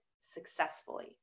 successfully